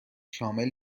شامل